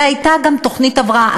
והייתה גם תוכנית הבראה,